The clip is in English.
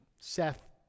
Seth